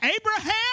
Abraham